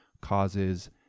causes